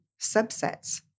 subsets